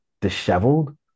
disheveled